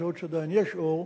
בשעות שבהן יש אור.